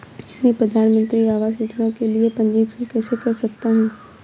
मैं प्रधानमंत्री आवास योजना के लिए पंजीकरण कैसे कर सकता हूं?